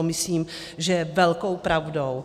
Myslím, že to je velkou pravdou.